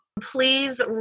Please